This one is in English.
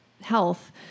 health